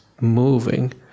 moving